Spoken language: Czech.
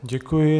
Děkuji.